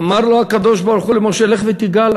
אמר לו הקדוש-ברוך-הוא למשה: לך ותגאל.